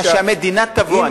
שהמדינה תבוא,